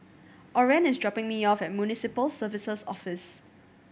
Orren is dropping me off at Municipal Services Office